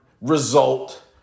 result